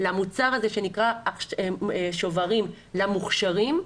למוצר הזה שנקרא שוברים למוכשרים,